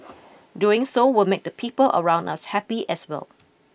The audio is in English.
doing so will make the people around us happy as well